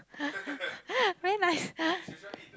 very nice